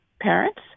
parents